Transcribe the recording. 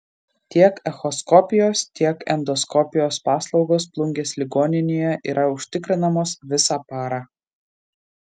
tiek echoskopijos tiek endoskopijos paslaugos plungės ligoninėje yra užtikrinamos visą parą